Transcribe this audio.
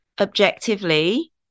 Objectively